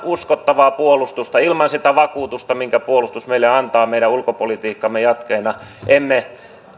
uskottavaa puolustusta ilman sitä vakuutusta minkä puolustus meille antaa meidän ulkopolitiikkamme jatkeena emme